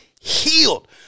healed